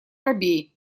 робей